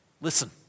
Listen